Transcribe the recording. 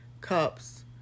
cups